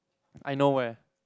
I know where